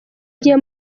gihe